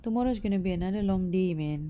tomorrow is gonna be another long day man